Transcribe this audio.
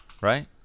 Right